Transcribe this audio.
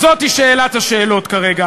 זאת שאלת השאלות כרגע.